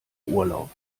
urlaub